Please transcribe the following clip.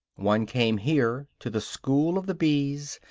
one came here, to the school of the bees,